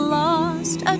lost